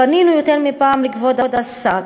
פנינו יותר מפעם לכבוד השר